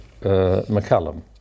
McCallum